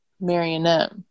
Marionette